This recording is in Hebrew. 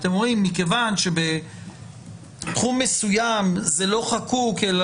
אתם אומרים שמכיוון שבתחום מסוים זה לא חקוק אלא